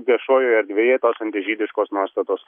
viešojoje erdvėje tos antižydiškos nuostatos